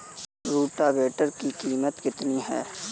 Rotavator की कीमत कितनी है?